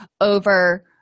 over